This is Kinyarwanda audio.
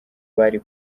bari